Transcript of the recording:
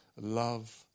love